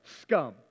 scum